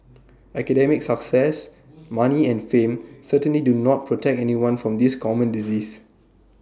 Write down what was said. academic success money and fame certainly do not protect anyone from this common disease